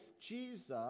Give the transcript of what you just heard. Jesus